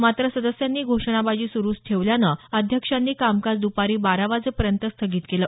मात्र सदस्यांनी घोषणाबाजी सुरुच ठेवल्यानं अध्यक्षांनी कामकाज दपारी बारा वाजेपर्यंत स्थगित केलं